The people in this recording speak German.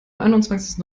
einundzwanzigsten